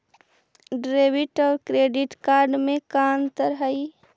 Debit और credit card में का अंतर हइ?